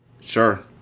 Sure